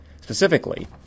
Specifically